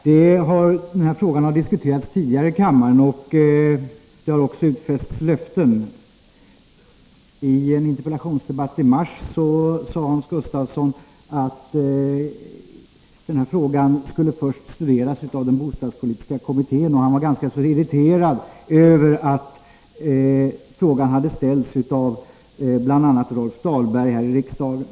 Herr talman! Den här frågan har diskuterats tidigare i kammaren och löften har utfästs. I en interpellationsdebatt i mars sade Hans Gustafsson att frågan först skulle studeras av den bostadspolitiska kommittén, och han var ganska irriterad över att bl.a. Rolf Dahlberg hade ställt frågor härom i riksdagen.